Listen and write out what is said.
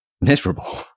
miserable